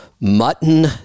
Mutton